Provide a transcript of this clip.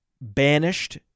banished